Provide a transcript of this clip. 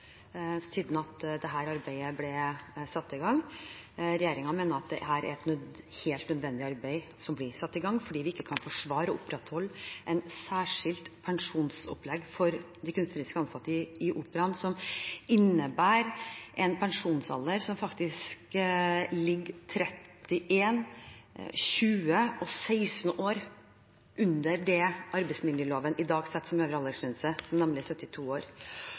siden dette arbeidet ble satt i gang. Regjeringen mener at det er et helt nødvendig arbeid som ble satt i gang, fordi vi ikke kan forsvare å opprettholde et særskilt pensjonsopplegg for de kunstnerisk ansatte i Operaen som innebærer en pensjonsalder som faktisk ligger 31, 20 og 16 år under det arbeidsmiljøloven i dag setter som øvre aldersgrense, nemlig 72 år.